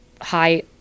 high